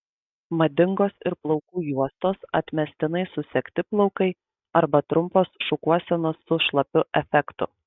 madingos ir plaukų juostos atmestinai susegti plaukai arba trumpos šukuosenos su šlapiu efektu